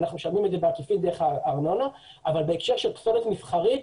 אנחנו משלמים את זה בעקיפין דרך הארנונה אבל בהקשר של פסולת מסחרית,